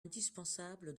indispensable